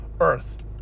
earth